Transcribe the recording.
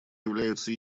является